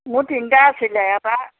মোৰ তিনিটা আছিলে এটা